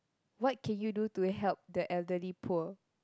what can you do to help the elderly poor